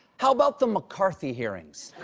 how about the mccarthy hearings?